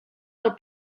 del